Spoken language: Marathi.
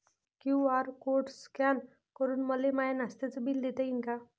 क्यू.आर कोड स्कॅन करून मले माय नास्त्याच बिल देता येईन का?